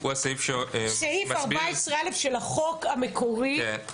אחרי "כלי הירייה" יבוא "או כלי דמוי הירייה"; (3)בסעיף קטן (ד),